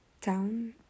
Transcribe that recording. town